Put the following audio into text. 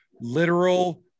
literal